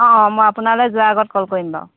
অঁ অঁ মই আপোনালৈ যোৱাৰ আগত কল কৰিম বাৰু